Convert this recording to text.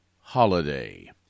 holiday